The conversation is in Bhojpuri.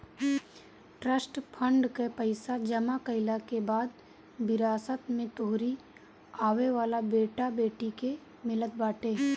ट्रस्ट फंड कअ पईसा जमा कईला के बाद विरासत में तोहरी आवेवाला बेटा बेटी के मिलत बाटे